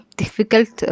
difficult